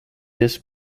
this